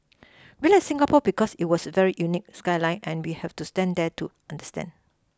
we like Singapore because it was a very unique skyline and we have to stand there to understand